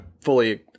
fully